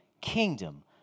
kingdom